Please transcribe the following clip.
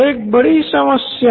ये एक बड़ी समस्या है